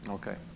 Okay